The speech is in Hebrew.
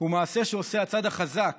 מעשה שעושה הצד החזק